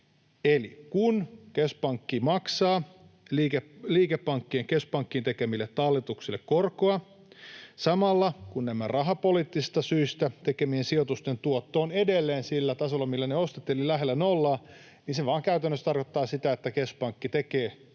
Eli kun keskuspankki maksaa liikepankkien keskuspankkiin tekemille talletuksille korkoa, samalla kun näiden rahapoliittisista syistä tehtyjen sijoitusten tuotto on edelleen sillä tasolla, millä ne ostettiin, eli lähellä nollaa, niin se vain käytännössä tarkoittaa sitä, että keskuspankki tekee tappiota,